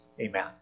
Amen